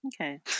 Okay